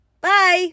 Bye